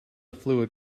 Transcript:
fluid